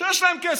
שיש להם כסף.